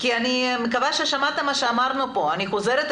אני מקווה ששמעת מה שאמרנו פה, אני חוזרת ואומרת,